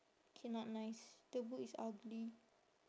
K not nice the boot is ugly